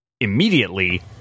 immediately